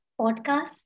podcast